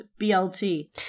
blt